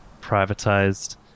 privatized